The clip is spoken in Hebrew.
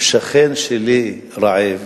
שכן שלי רעב,